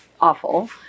awful